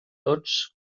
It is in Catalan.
tots